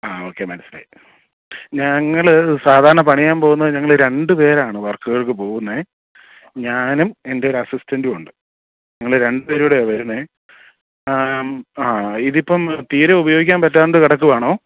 ആ ഓക്കേ മനസ്സിലായി ഞങ്ങൾ സാധാരണ പണിയാൻ പോകുന്നത് ഞങ്ങൾ രണ്ട് പേരാണ് വർക്കുകൾക്ക് പോകുന്നത് ഞാനും എൻ്റെയൊരു അസിസ്റ്റണ്ടും ഉണ്ട് ഞങ്ങൾ രണ്ട് പേരുംകൂടെയാണ് വരുന്നത് ആ ഇതിപ്പം തീരെ ഉപയോഗിക്കാൻ പറ്റാണ്ട് കിടക്കുവാണോ